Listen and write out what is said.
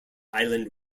island